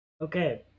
Okay